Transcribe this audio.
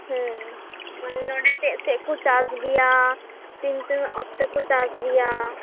ᱢᱟᱱᱮ ᱱᱚᱰᱮ ᱪᱮᱫ ᱪᱮᱫ ᱠᱚ ᱪᱟᱥ ᱜᱮᱭᱟ ᱛᱤᱱ ᱛᱤᱱᱟ ᱜ ᱚᱠᱛᱮ ᱠᱚ ᱪᱟᱥ ᱜᱮᱭᱟ